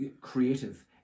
creative